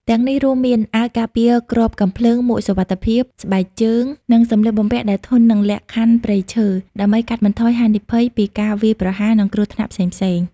ទាំងនេះរួមមាន អាវការពារគ្រាប់កាំភ្លើង មួកសុវត្ថិភាព ស្បែកជើង និងសំលៀកបំពាក់ដែលធន់នឹងលក្ខខណ្ឌព្រៃឈើ ដើម្បីកាត់បន្ថយហានិភ័យពីការវាយប្រហារ និងគ្រោះថ្នាក់ផ្សេងៗ។